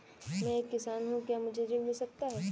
मैं एक किसान हूँ क्या मुझे ऋण मिल सकता है?